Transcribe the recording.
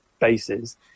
bases